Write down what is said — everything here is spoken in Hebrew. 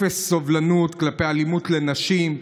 אפס סובלנות כלפי אלימות נגד נשים,